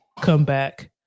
comeback